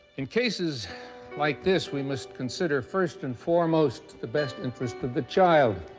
in cases like this, we must consider first and foremost the best interest of the child.